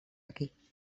aquí